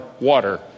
water